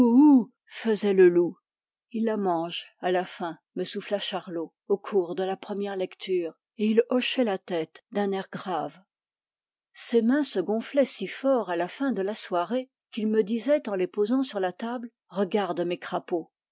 faisait le loup il la mange à la fin me souffla charlot au cours de la première lecture et il hochait la tête d'un air grave ses mains se gonflaient si fort à la fin de la soirée qu'il me disait en les posant sur la table regarde mes crapauds